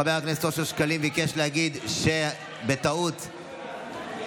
חבר הכנסת אושר שקלים ביקש להגיד שבטעות הוא התנגד,